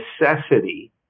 necessity